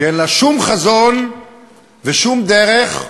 כי אין לה שום חזון ושום דרך.